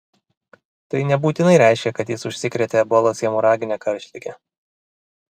tai nebūtinai reiškia kad jis užsikrėtė ebolos hemoragine karštlige